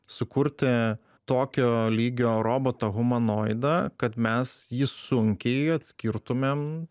sukurti tokio lygio robotą humanoidą kad mes jį sunkiai atskirtumėm